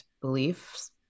beliefs